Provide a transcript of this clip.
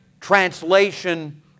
translation